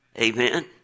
Amen